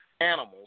animals